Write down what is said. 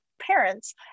parents